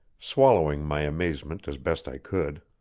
swallowing my amazement as best i could.